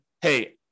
hey